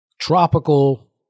Tropical